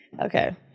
okay